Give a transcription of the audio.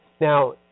Now